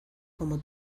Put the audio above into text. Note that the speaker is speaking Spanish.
como